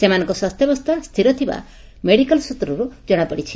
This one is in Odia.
ସେମାନଙ୍କ ସ୍ୱାସ୍ଥ୍ୟବସ୍ଥା ସ୍ଥିର ଥିବା ମେଡିକାଲ ସ୍ପୁତ୍ରରୁ ଜଣାପଡିଛି